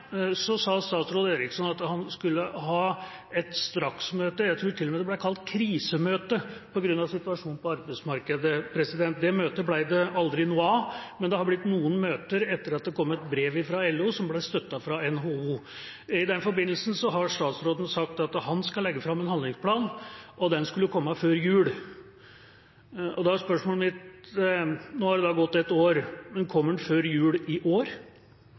sa statsråd Eriksson at han skulle ha et straksmøte – jeg tror til og med det ble kalt krisemøte – på grunn av situasjonen på arbeidsmarkedet. Det møtet ble det aldri noe av, men det har blitt noen møter etter at det kom et brev fra LO, som ble støttet fra NHO. I den forbindelsen har statsråden sagt at han skal legge fram en handlingsplan, og den skulle komme før jul. Da er spørsmålet mitt: Nå har det gått et år, men kommer den før jul i år?